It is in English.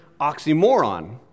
oxymoron